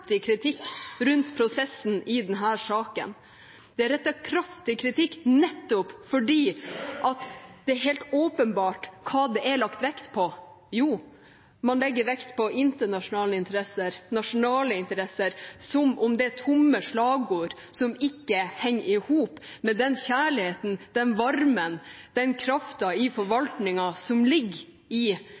kritikk mot prosessen i denne saken. Det er rettet kraftig kritikk nettopp fordi det er helt åpenbart hva det er lagt vekt på. Man legger vekt på internasjonale interesser, nasjonale interesser, som om det er tomme slagord som ikke henger i hop med den kjærligheten, den varmen, den kraften i forvaltningen som ligger i